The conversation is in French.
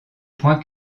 point